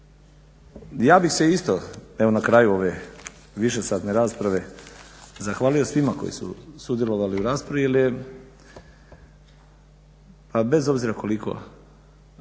Ja bih se isto evo na kraju ove višesatne rasprave zahvalio svima koji su sudjelovali u raspravi pa bez obzira koliko